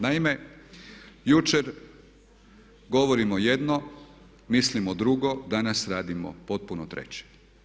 Naime, jučer govorimo jedno, mislimo drugo, danas radimo potpuno treće.